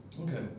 Okay